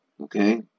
okay